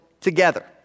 together